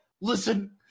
listen